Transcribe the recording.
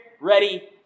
ready